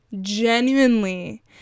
genuinely